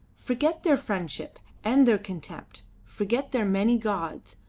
forget their friendship and their contempt forget their many gods.